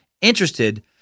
interested